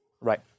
right